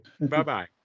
bye-bye